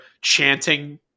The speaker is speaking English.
chanting